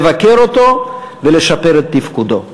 לבקר אותו ולשפר את תפקודו.